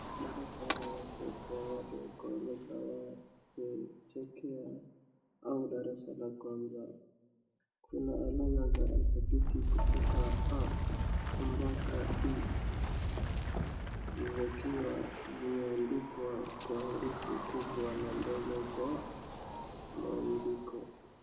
darasa la watoto wadogo labda wa chekechea au darasa la kwanza. kuna alama za alfabeti kutoka a mpaka d zikiwa zimeandikwa kwa herufi kubwa na ndogo kwa mwandiko.